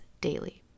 daily